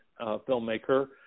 filmmaker